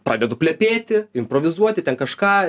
pradedu plepėti improvizuoti ten kažką